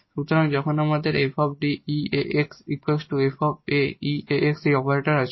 সুতরাং যখন আমাদের 𝑓𝐷 𝑒 𝑎𝑥 𝑓𝑎𝑒 𝑎𝑥 এই অপারেটর আছে